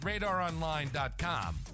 RadarOnline.com